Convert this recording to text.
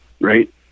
right